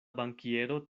bankiero